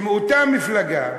ומאותה מפלגה,